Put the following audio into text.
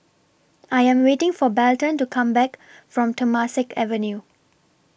I Am waiting For Belton to Come Back from Temasek Avenue